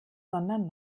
sondern